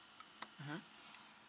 mmhmm